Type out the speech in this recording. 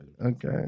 Okay